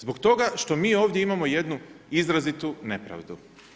Zbog toga što mi ovdje imamo jednu izrazitu nepravdu.